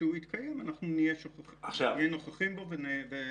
כשהוא יתקיים נהיה נוכחים בו.